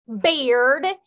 beard